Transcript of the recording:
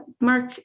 mark